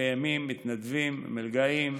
קיימים מתנדבים, מלגאים,